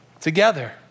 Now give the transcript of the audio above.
together